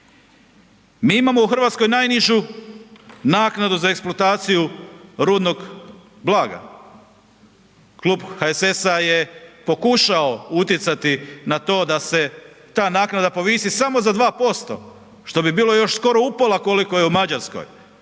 Mi imamo u Hrvatskoj najnižu naknadu za eksploataciju rudnog blaga. Klub HSS-a je pokušao utjecati na to da se ta naknada povisi samo za 2%, što bi bilo još skoro upola koliko je u Mađarskoj,